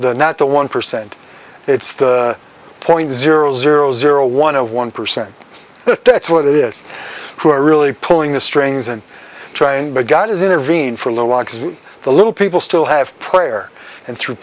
the not the one percent it's the point zero zero zero one of one percent that's what it is who are really pulling the strings and trying but god is intervene for the walks the little people still have prayer and through